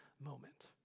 moment